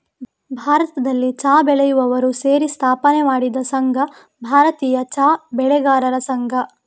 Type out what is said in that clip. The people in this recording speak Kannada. ಭಾರತದಲ್ಲಿ ಚಾ ಬೆಳೆಯುವವರು ಸೇರಿ ಸ್ಥಾಪನೆ ಮಾಡಿದ ಸಂಘ ಭಾರತೀಯ ಚಾ ಬೆಳೆಗಾರರ ಸಂಘ